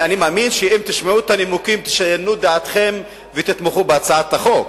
אני מאמין שאם תשמעו את הנימוקים תשנו את דעתכם ותתמכו בהצעת החוק,